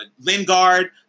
Lingard